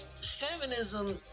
feminism